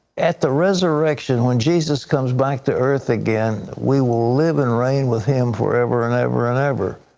at the resurrection, when jesus comes back to earth again, we will live and reign with him forever and ever and ever.